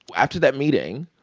after that meeting,